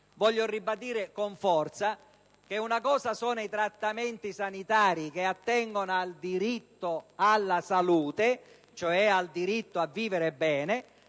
vorrei ribadire con forza che una cosa sono i trattamenti sanitari che attengono al diritto alla salute, cioè al diritto a vivere bene,